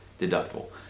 deductible